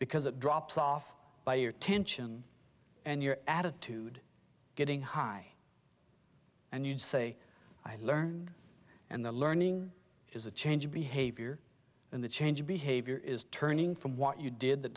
because it drops off by your tension and your attitude getting high and you say i learned and the learning is a change of behavior in the change of behavior is turning from what you did that